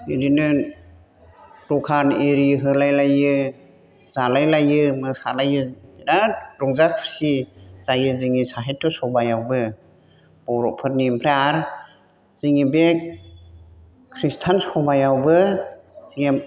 बिदिनो दखान इरि होलाय लायो जालाय लायो मोसालायो बिराद रंजा खुसि जायो जोंने साहित्य सभायावबो बर'फोरनि ओमफ्राय आरो जोंने बे खृष्टियान सभायावबो जोंने